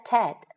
Ted 。